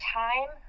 time